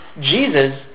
Jesus